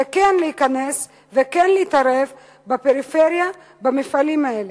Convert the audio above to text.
וכן להיכנס וכן להתערב בפריפריה, במפעלים האלה.